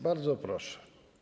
Bardzo proszę.